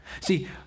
See